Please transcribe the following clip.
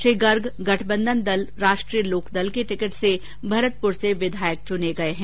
श्री गर्ग गठबंधन दल राष्ट्रीय लोकदल के टिकट से भरतपुर से विधायक चुने गये हैं